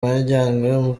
bajyanywe